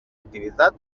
activitat